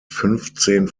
fünfzehn